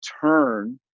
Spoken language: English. turn